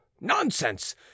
nonsense